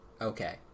Okay